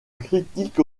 critique